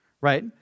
right